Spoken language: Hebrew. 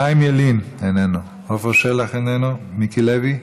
חיים ילין, איננו, עפר שלח, איננו, מיקי לוי,